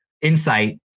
insight